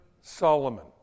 Solomon